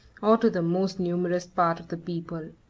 or to the most numerous part of the people.